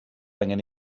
angen